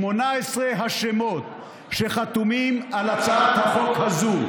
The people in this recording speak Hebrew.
18 השמות שחתומים על הצעת החוק הזו,